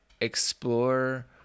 explore